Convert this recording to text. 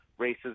racism